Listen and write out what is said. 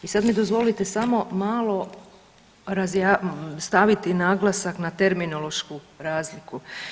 I sad mi dozvolite samo malo staviti naglasak na terminološku razliku.